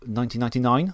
1999